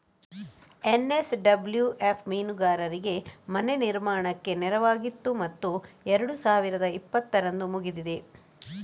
NSWF ಮೀನುಗಾರರಿಗೆ ಮನೆ ನಿರ್ಮಾಣಕ್ಕೆ ನೆರವಾಗಿತ್ತು ಮತ್ತು ಎರಡು ಸಾವಿರದ ಇಪ್ಪತ್ತರಂದು ಮುಗಿದಿದೆ